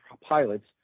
pilots